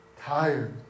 Tired